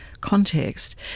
context